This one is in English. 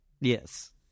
Yes